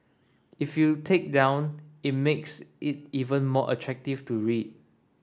if you take down it makes it even more attractive to read